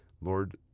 Lord